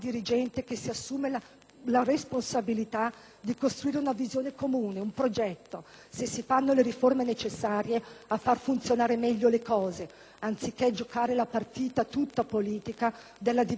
la responsabilità di costruire una visione comune, un progetto, se si fanno le riforme necessarie a far funzionare meglio le cose, anziché giocare la partita, tutta politica, della divisione tra i sindacati.